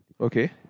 Okay